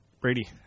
Brady